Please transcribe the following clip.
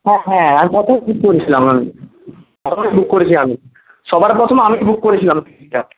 হ্যাঁ হ্যাঁ অ্যাডভান্সেই বুক করেছিলাম আমি অ্যাডভান্স বুক করেছি আমি সবার প্রথমে আমি বুক করেছিলাম টিকিটটা